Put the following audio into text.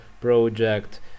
project